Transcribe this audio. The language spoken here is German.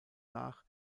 nach